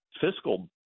fiscal